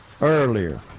earlier